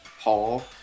Paul